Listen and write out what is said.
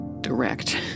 Direct